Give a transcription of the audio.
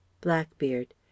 Blackbeard